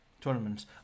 tournaments